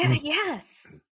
yes